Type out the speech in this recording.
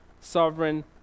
sovereign